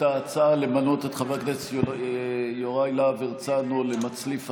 ההצעה למנות את חבר הכנסת יוראי להב הרצנו למצליף הסיעה.